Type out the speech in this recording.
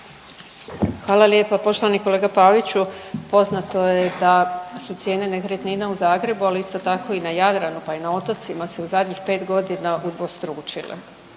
Hvala lijepa. Poštovani kolega Paviću poznato je da su cijene nekretnina u Zagrebu, ali isto tako i na Jadranu pa i na otocima se u zadnjih pet godina udvostručile.